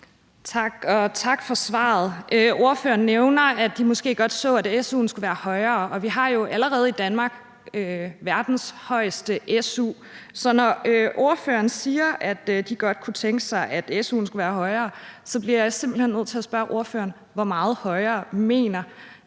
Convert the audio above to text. tak for svaret. Ordføreren nævner, at hun måske godt så, at su'en skulle være højere. Vi har jo allerede i Danmark verdens højeste su. Så når ordføreren siger, at hun godt kunne tænke sig, at su'en skulle være højere, bliver jeg simpelt hen nødt til at spørge ordføreren: Hvor meget højere mener